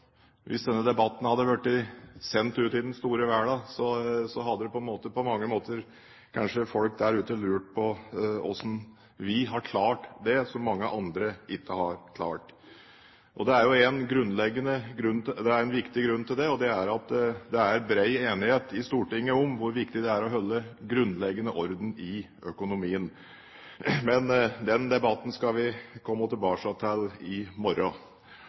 Hvis denne debatten hadde blitt sendt ut i den store verden, hadde på mange måter folk der ute kanskje lurt på hvordan vi har klart det som mange andre ikke har klart. Det er en viktig grunn til det, og det er at det er bred enighet i Stortinget om hvor viktig det er å holde grunnleggende orden i økonomien. Men den debatten skal vi komme tilbake til i morgen.